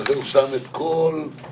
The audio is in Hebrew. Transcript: על זה הוא שם את כל חייו.